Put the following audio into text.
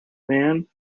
man